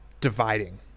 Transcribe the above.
dividing